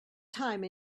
time